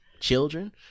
Children